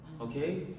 Okay